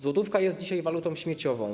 Złotówka jest dzisiaj walutą śmieciową.